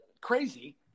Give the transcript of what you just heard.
crazy